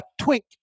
Twink